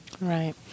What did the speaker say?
Right